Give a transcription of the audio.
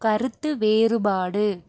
கருத்து வேறுபாடு